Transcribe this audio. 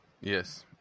Yes